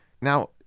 Now